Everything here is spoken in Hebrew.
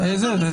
אם זה אותו מספר?